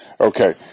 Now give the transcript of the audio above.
Okay